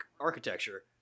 architecture